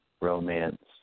romance